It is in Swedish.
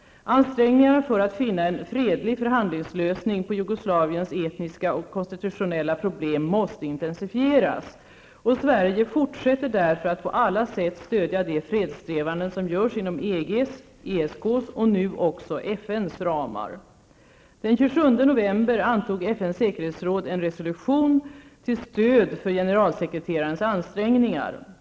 Ansträngningarna för att finna en fredlig förhandlingslösning på Jugoslaviens etniska och konstitutionella problem måste intensifieras. Sverige fortsätter därför att på alla sätt stödja de fredssträvanden som görs inom EGs, ESKs och nu också FNs ramar. Den 27 november antog FNs säkerhetsråd en resolution till stöd för generalsekreterarens ansträngningar.